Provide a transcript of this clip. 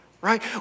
right